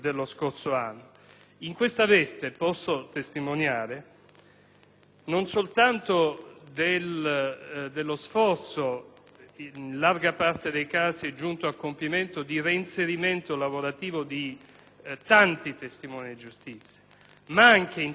in larga parte dei casi giunto a compimento, di reinserimento lavorativo di tanti testimoni di giustizia ma anche, in certi casi, quanto è stato richiesto e quando praticabile, dello sforzo di permettere ad alcuni testimoni di giustizia, che non fossero operatori economici,